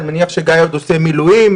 אני מניח שגיא עוד עושה מילואים,